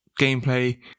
gameplay